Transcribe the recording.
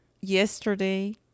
yesterday